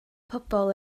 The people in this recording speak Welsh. pobl